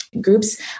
groups